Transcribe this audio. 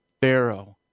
pharaoh